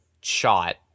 shot